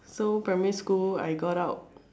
so primary school I got out